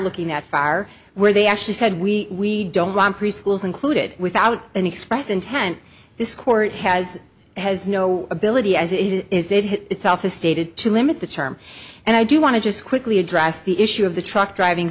looking at far where they actually said we don't want preschools included without an expressed intent this court has has no ability as it is the itself as stated to limit the term and i do want to just quickly address the issue of the truck driving